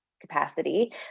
capacity